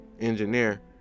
engineer